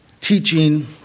teaching